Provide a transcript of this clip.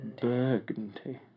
Burgundy